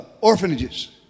orphanages